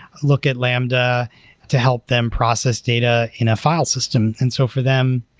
look at lambda to help them process data in a file system. and so for them,